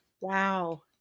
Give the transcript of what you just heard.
Wow